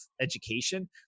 education